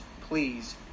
please